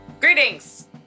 greetings